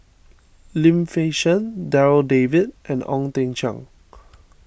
Lim Fei Shen Darryl David and Ong Teng Cheong